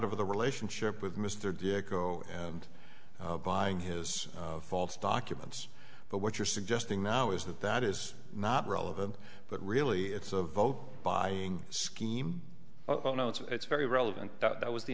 of the relationship with mr dicko and buying his false documents but what you're suggesting now is that that is not relevant but really it's a vote buying scheme oh no it's very relevant that that was the